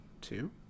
Two